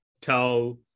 tell